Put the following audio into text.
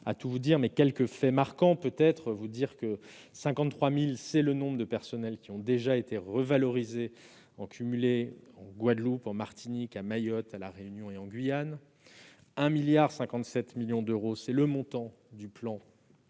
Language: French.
je m'en tiendrai à quelques faits marquants : 53 000, c'est le nombre de personnels qui ont déjà été revalorisés, en cumulé, en Guadeloupe, en Martinique, à Mayotte, à La Réunion et en Guyane ; 1,57 milliard d'euros, c'est le montant du plan